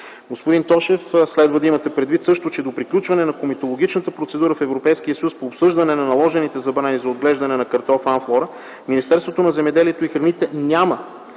Господин Тошев, следва да имате предвид също, че до приключване на комитологичната процедура в Европейския съюз по обсъждане на наложените забрани за отглеждане на картофа „Амфлора”, Министерството на земеделието и храните няма